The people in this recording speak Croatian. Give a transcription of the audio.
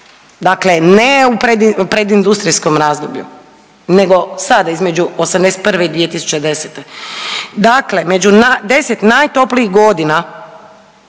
Dakle, ne u predindustrijskom razdoblju nego sada između '81. i 2010. Dakle, među 10 najtoplijih godina